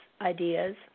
ideas